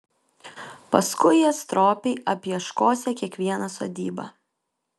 paskui jie stropiai apieškosią kiekvieną sodybą